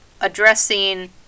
Addressing